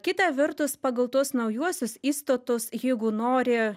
kita vertus pagal tuos naujuosius įstatus jeigu nori